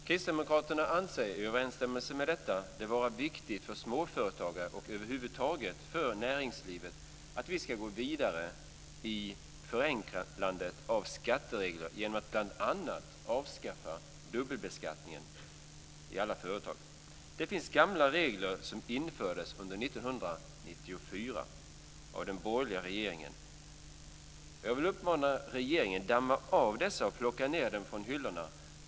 Kristdemokraterna anser i överensstämmelse med detta det vara viktigt för småföretagare och för näringslivet över huvud taget att vi går vidare med förenklandet av skatteregler genom att bl.a. avskaffa dubbelbeskattningen i alla företag. Det finns gamla regler som infördes under 1994 av den borgerliga regeringen. Jag vill uppmana regeringen att damma av dessa och plocka ned dem från hyllorna.